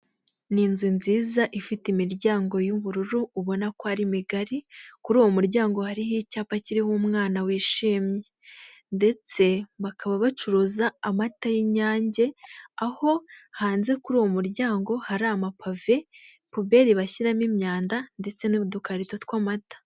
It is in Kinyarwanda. Ni inzu nziza ifite imiryango y'ubururu ubona ko ari migari, kuri uwo muryango hariho icyapa kiriho umwana wishimye. Ndetse bakaba bacuruza amata y'inyange, aho hanze kuri uwo muryango hari amapave, puberi bashyiramo imyanda ndetse n'udukarito tw'amata.